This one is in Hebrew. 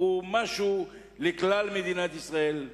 הוא משהו של כלל מדינת ישראל,